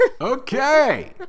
okay